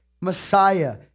Messiah